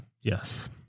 Yes